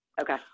Okay